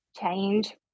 change